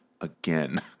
again